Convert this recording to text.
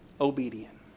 obedient